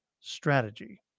strategy